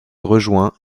rejoint